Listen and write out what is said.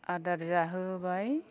आदार जाहोबाय